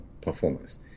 performance